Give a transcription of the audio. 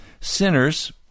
Sinners